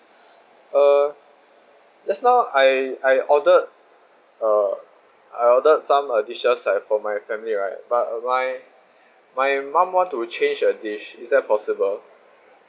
uh just now I I ordered uh I ordered some uh dishes like for my family right but uh my my mom want to change a dish is that possible